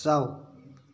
ꯆꯥꯎ